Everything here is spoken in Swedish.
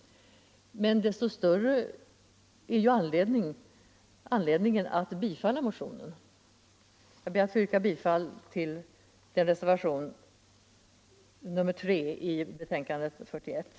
Men desto större anledning borde det finnas att bifalla motionen. Herr talman! Jag ber att få yrka bifall till reservationen 3 vid näringsutskottets betänkande nr 41.